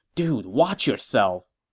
dude, watch yourself!